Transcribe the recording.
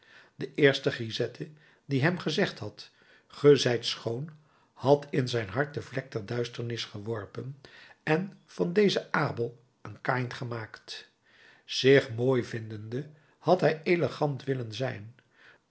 de eerste grisette die hem gezegd had ge zijt schoon had in zijn hart de vlek der duisternis geworpen en van dezen abel een kaïn gemaakt zich mooi vindende had hij elegant willen zijn